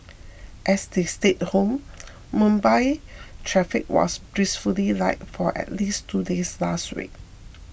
as they stayed home Mumbai's traffic was blissfully light for at least two days last week